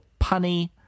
punny